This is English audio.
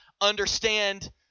understand